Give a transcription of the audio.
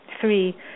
three